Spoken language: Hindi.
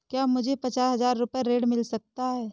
क्या मुझे पचास हजार रूपए ऋण मिल सकता है?